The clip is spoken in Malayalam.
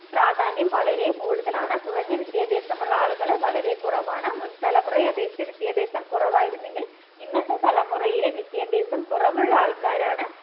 പ്രാധാന്യം വളരെ കൂടുതലാണ് കുറഞ്ഞ വിദ്യാഭ്യാസമുള്ള ആളുകൾ വളരെ കുറവാണ് മുൻതലമുറയെ അപേക്ഷിച്ച് വിദ്യാഭ്യാസം കുറവായിരുന്നെങ്കിൽ ഇന്നത്തെ തലമുറയിലെ വിദ്യാഭ്യാസം കുറവുള്ള ആൾക്കാരാണ്